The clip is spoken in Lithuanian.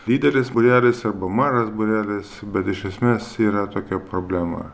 lyderis būreliuose arba mažas būrelis bet iš esmės yra tokia problema